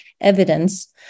evidence